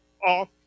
off